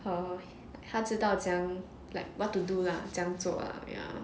her 他知道怎样 like what to do lah 怎样做 lah ya